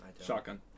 Shotgun